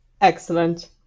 Excellent